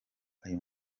ayo